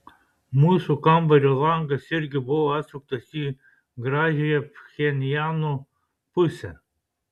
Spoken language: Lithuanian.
mūsų kambario langas irgi buvo atsuktas į gražiąją pchenjano pusę